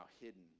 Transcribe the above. hidden